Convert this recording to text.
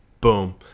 Boom